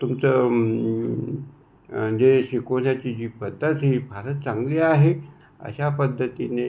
तुमची जे शिकवण्याची जी पद्धत ही फारच चांगली आहे अशा पद्धतीने